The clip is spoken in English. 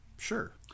Sure